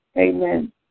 Amen